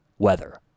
weather